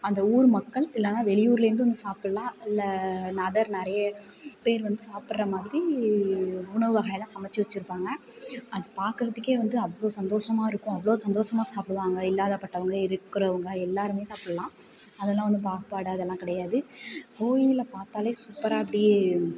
அந்த ஊர் மக்கள் இல்லைனா வெளியூரில் இருந்து வந்து சாப்பிடலாம் இல்லை அதர் நிறைய பேர் வந்து சாப்பிடற மாதிரி உணவு வகைகள் எல்லாம் சமைச்சு வச்சுருப்பாங்க அது பார்க்குறதுக்கே வந்து அவ்வளோ சந்தோஷமா இருக்கும் அவ்வளோ சந்தோஷமா சாப்பிடுவாங்க இல்லாதபட்டவங்கள் இருக்கிறவங்க எல்லாேருமே சாப்பிடலாம் அதெல்லாம் ஒன்றும் பாகுபாடு அதெல்லாம் கிடையாது கோயிலை பார்த்தாலே சூப்பராக அப்படியே